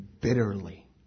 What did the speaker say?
bitterly